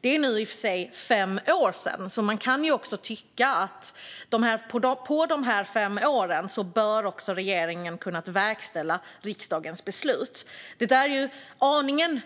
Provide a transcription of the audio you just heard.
Det var för fem år sedan. Man kan ju tycka att regeringen på de fem åren borde ha kunnat verkställa riksdagens beslut. Det är aningen